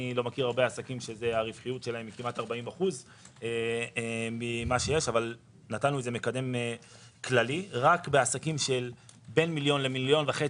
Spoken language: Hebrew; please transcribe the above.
אני לא מכיר הרבה עסקים שהרווחיות שלהם היא כמעט 40%. נתנו מקדם כללי רק בעסקים שבין מיליון ל-1.5 מיליון,